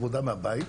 עבודה מהבית,